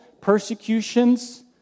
persecutions